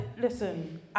listen